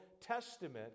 Testament